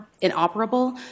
inoperable